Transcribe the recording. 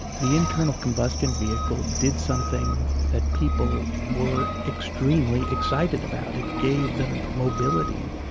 the internal combustion vehicle did something that people were extremely excited about. it gave them mobility.